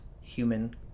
human